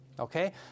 Okay